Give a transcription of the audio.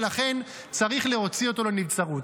ולכן צריך להוציא אותו לנבצרות.